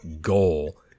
goal